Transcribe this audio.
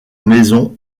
maison